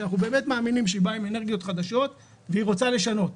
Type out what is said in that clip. שאנחנו באמת מאמינים שבאה עם אנרגיות חדשות והיא רוצה לשנות,